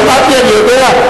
אני שמעתי, אני יודע.